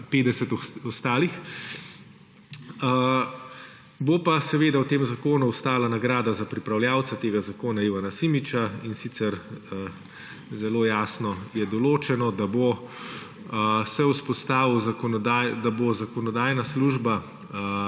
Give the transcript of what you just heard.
50 ostalih. Bo pa seveda v tem zakonu ostala nagrada za pripravljavce tega zakona Ivana Simiča, in sicer zelo jasno je določeno, da bo zakonodajna služba